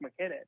McKinnon